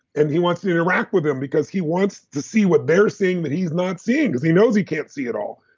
and he wants to interact with them because he wants to see what they're seeing that he's not seeing, because he knows he can't see it all.